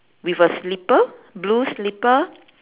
with a slipper blue slipper